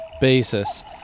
basis